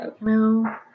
No